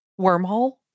Wormhole